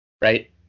Right